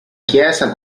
chiesa